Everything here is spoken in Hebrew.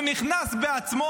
הוא נכנס בעצמו,